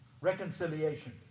Reconciliation